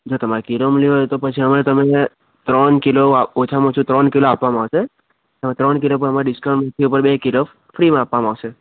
જો તમારે કિલોમાં લેવો હોય તો પછી અમે તમને ત્રણ કિલો ઓછામાં ઓછું ત્રણ કિલો આપવામાં આવશે તો ત્રણ કિલો પ્રમાણે અમાર ડિસકાઉન્ટ રેટથી ઉપર બે કિલો ફ્રીમાં આપવામાં આવશે